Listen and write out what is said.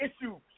issues